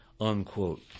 unquote